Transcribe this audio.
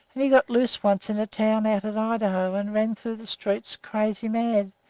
and he got loose once in a town out in idaho and ran through the streets crazy mad,